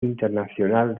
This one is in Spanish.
internacional